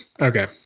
okay